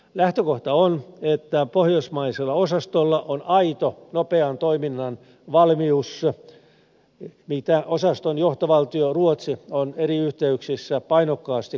lähtökohta on että pohjoismaisella osastolla on aito nopean toiminnan valmius mitä osaston johtovaltio ruotsi on eri yhteyksissä painokkaasti korostanut